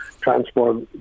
transport